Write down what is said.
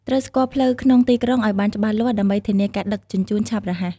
ត្រូវស្គាល់ផ្លូវក្នុងទីក្រុងឱ្យបានច្បាស់លាស់ដើម្បីធានាការដឹកជញ្ជូនឆាប់រហ័ស។